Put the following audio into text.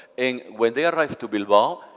and when they arrived to bilbao,